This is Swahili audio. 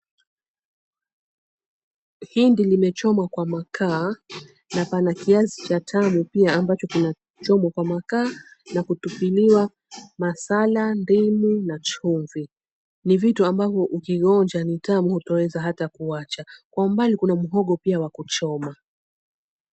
Hindi limechomwa kwa makaa na pana kiazi cha tamu pia ambacho kinachomwa kwa makaa na kutupiliwa masala, ndimu na chumvi. Ni vitu ambavyo ukionja ni tamu hutoweza hata kuacha. Kwa mbali kuna muhogo pia wa kuchoma.